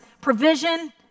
provision